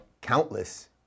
countless